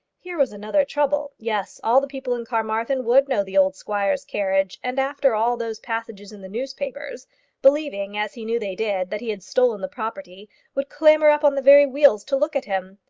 here was another trouble. yes all the people in carmarthen would know the old squire's carriage, and after all those passages in the newspapers believing, as he knew they did, that he had stolen the property would clamber up on the very wheels to look at him!